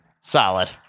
solid